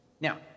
Now